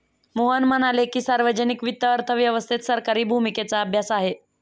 मोहन म्हणाले की, सार्वजनिक वित्त अर्थव्यवस्थेत सरकारी भूमिकेचा अभ्यास आहे